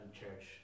church